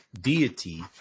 deity